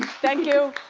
thank you.